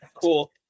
Cool